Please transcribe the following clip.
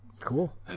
cool